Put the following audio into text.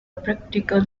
practical